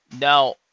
Now